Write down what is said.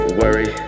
worry